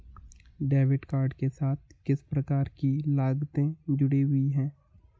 Debit card के साथ किस प्रकार की लागतें जुड़ी हुई हैं?